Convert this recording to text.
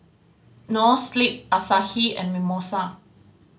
Noa Sleep Asahi and Mimosa